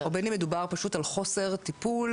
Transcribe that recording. או בין אם מדובר פשוט על חוסר טיפול